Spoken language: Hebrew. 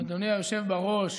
אדוני היושב-ראש,